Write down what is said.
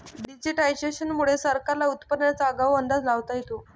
digitisation मुळे सरकारला उत्पादनाचा आगाऊ अंदाज लावता येतो